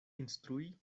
instrui